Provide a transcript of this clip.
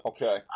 Okay